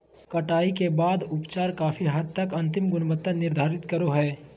कटाई के बाद के उपचार काफी हद तक अंतिम गुणवत्ता निर्धारित करो हइ